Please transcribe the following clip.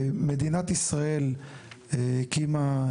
מדינת ישראל הקימה,